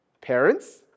Parents